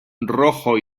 rojo